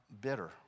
bitter